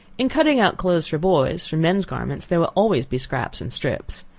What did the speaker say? in cutting out clothes for boys, from men's garments, there will always be scraps and strips.